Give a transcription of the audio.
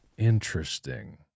Interesting